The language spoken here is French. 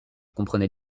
comprenait